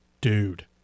dude